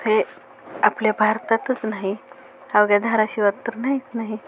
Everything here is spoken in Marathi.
हे आपल्या भारतातच नाही अवघ्या धाराशिवात तर नाहीच नाही